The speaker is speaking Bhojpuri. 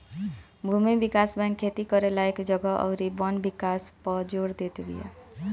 भूमि विकास बैंक खेती करे लायक जगह अउरी वन विकास पअ जोर देत बिया